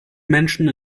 menschen